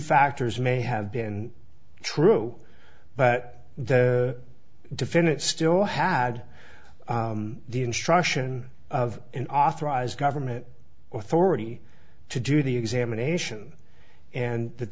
factors may have been true but the defendant still had the instruction of an authorized government authority to do the examination and th